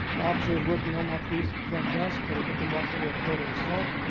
an officer is working omaha police front desk. had a victim walk in to report an assault.